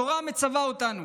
התורה מצווה אותנו